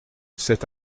cet